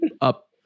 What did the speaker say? up